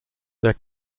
their